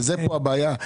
וכאן הבעיה,